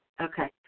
okay